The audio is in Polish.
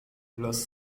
los